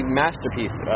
masterpiece